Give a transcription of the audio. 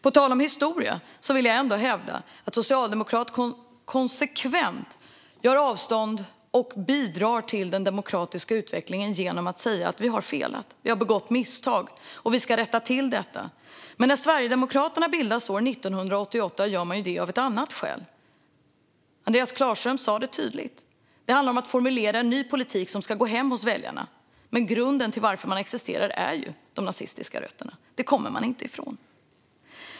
På tal om historia vill jag ändå hävda att Socialdemokraterna konsekvent bidrar till den demokratiska utvecklingen genom att säga att vi har felat. Vi har begått misstag, och vi ska rätta till dem. Men när Sverigedemokraterna bildades år 1988 gjorde man det av ett annat skäl. Anders Klarström sa det tydligt: Det handlar om att formulera en ny politik som ska gå hem hos väljarna. Men grunden till att man existerar är de nazistiska rötterna, och det kommer man inte ifrån.